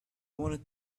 wanted